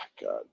God